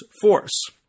force